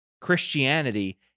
Christianity